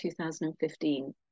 2015